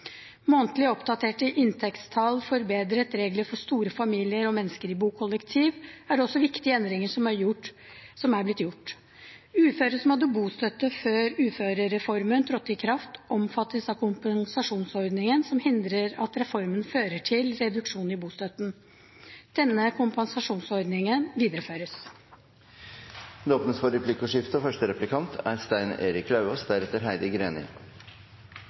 Månedlige oppdaterte inntektstall og forbedrete regler for store familier og mennesker i bokollektiv er også viktige endringer som er blitt gjort. Uføre som hadde bostøtte før uførereformen trådte i kraft, omfattes av kompensasjonsordningen, som hindrer at reformen fører til reduksjon i bostøtten. Denne kompensasjonsordningen videreføres. Det blir replikkordskifte. Hvaler har innført eiendomsskatt, og slik uttaler ordfører Borge fra Fremskrittspartiet seg om saken: Begrunnelsen for